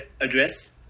address